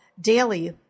daily